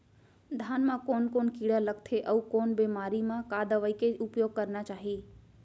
धान म कोन कोन कीड़ा लगथे अऊ कोन बेमारी म का दवई के उपयोग करना चाही?